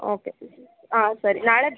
okay ಹಾಂ ಸರಿ ನಾಳೆ